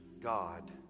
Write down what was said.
God